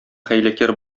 хәйләкәр